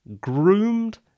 groomed